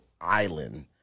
island